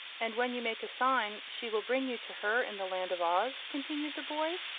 and when you make a sign she will bring you to her in the land of oz? continued the boy.